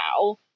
now